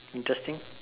interesting